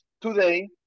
today